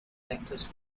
necklace